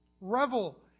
Revel